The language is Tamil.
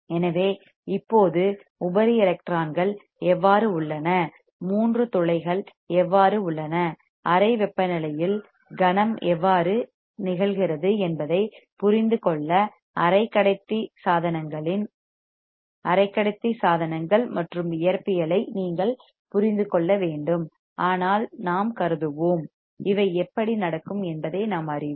எனவே இப்போது உபரி எலக்ட்ரான்கள் எவ்வாறு உள்ளன மூன்று துளைகள் எவ்வாறு உள்ளன அறை வெப்பநிலையில் கணம் எவ்வாறு நிகழ்கிறது என்பதைப் புரிந்து கொள்ள அரைக்கடத்தி சாதனங்களின் அரைக்கடத்தி சாதனங்கள் மற்றும் இயற்பியலை நீங்கள் புரிந்து கொள்ள வேண்டும் ஆனால் நாம் கருதுவோம் இவை எப்படி நடக்கும் என்பதை நாம் அறிவோம்